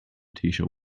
tisha